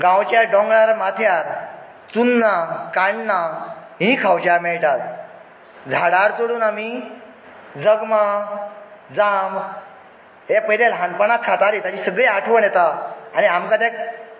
गांवच्या डोंगरा माथ्यार चुन्नां काण्णां हीं खावच्याक मेळटात झाडार चडून आमी जगमां जाम हे पयलें ल्हानपणांत खातालीं ताची सगळी आठवण येता आनी आमकां तें